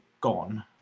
gone